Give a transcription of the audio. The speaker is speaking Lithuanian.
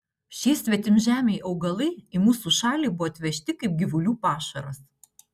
šie svetimžemiai augalai į mūsų šalį buvo atvežti kaip gyvulių pašaras